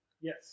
Yes